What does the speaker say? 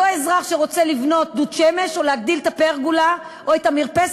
אותו אזרח שרוצה להתקין דוד שמש או להגדיל את הפרגולה או את המרפסת,